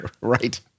Right